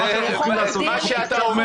------ מה שאתה אומר